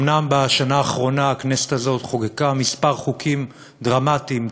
אומנם בשנה האחרונה הכנסת הזאת חוקקה כמה חוקים דרמטיים,